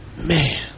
man